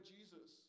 Jesus